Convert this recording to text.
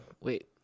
wait